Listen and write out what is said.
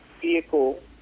vehicle